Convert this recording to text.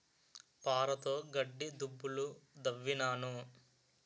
పారతోగడ్డి దుబ్బులు దవ్వినాను